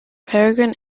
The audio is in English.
peregrine